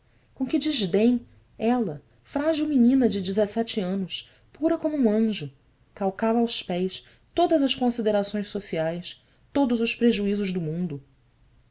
com que desdém ela frágil menina de dezessete anos pura como um anjo calcava aos pés todas as considerações sociais todos os prejuízos do mundo